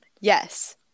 Yes